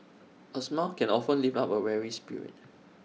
A smile can often lift up A weary spirit